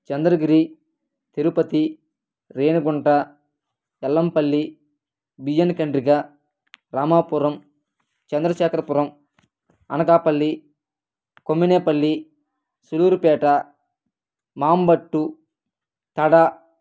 Chandragiri Tirupati Renigunta Ellampalli Biyanakandrika Ramapuram Chandrasekharapuram Anakapalli Komminapalli Sullurpeta Mambattu Tada